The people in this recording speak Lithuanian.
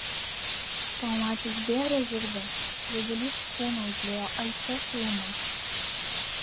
pamačius bėrą žirgą jaudulys kūną užliejo alpia šiluma